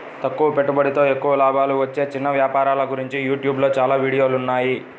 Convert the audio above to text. తక్కువ పెట్టుబడితో ఎక్కువ లాభాలు వచ్చే చిన్న వ్యాపారాల గురించి యూట్యూబ్ లో చాలా వీడియోలున్నాయి